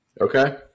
Okay